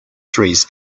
trees